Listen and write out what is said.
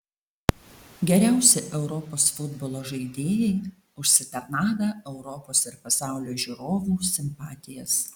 geriausi europos futbolo žaidėjai užsitarnavę europos ir pasaulio žiūrovų simpatijas